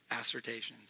assertions